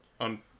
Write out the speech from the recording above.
on